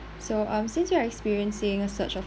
so um since we are experiencing a surge of